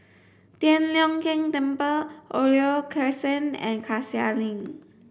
Tian Leong Keng Temple Oriole Crescent and Cassia Link